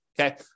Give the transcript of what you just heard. okay